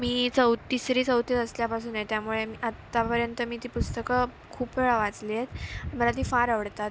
मी चौ तिसरी चौथीत असल्यापासून आहे त्यामुळे मी आतापर्यंत मी ती पुस्तकं खूप वेळा वाचली आहेत मला ती फार आवडतात